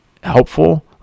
helpful